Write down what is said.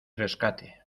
rescate